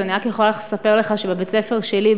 אז אני רק יכולה לספר לך שבבית-הספר שלי,